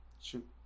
shoot